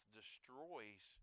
destroys